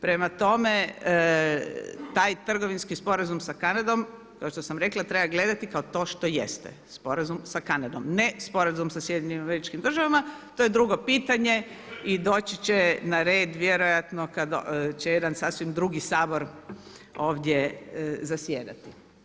Prema tome taj trgovinski sporazum sa Kanadom kao što sam rekla treba gledati kao to što jest, sporazum sa Kanadom, ne sporazum sa SAD-om to je drugo pitanje i doći će na red vjerojatno kad će jedan sasvim drugi Sabor ovdje zasjedati.